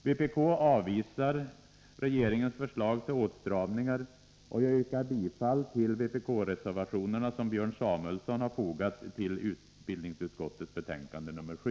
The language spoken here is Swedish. Vpk avvisar regeringens förslag till åtstramningar, och jag yrkar bifall till de vpk-reservationer som Björn Samuelson har fogat till utbildningsutskottets betänkande 7.